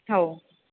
हो